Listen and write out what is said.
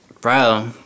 bro